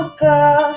girl